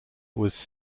was